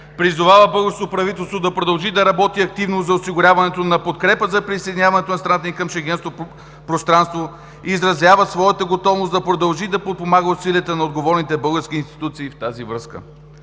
призовава българското правителство да продължи да работи активно за осигуряването на подкрепа за присъединяването на страната ни към Шенгенското пространство и изразява своята готовност да продължи да подпомага усилията на отговорните български институции в тази връзка.“